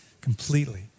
completely